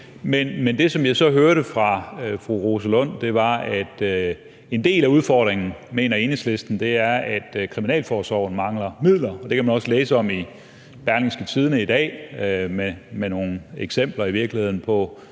men det, som jeg så hørte fra fru Rosa Lund, var, at en del af udfordringen mener Enhedslisten er, at Kriminalforsorgen mangler midler. Det kan man også læse om i Berlingske i dag med nogle eksempler på i virkeligheden